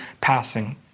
passing